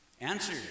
Answer